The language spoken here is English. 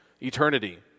eternity